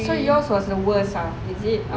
so yours was the worst ah is it